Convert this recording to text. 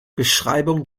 beschreibung